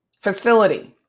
facility